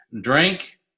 drink